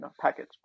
package